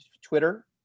Twitter